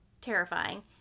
terrifying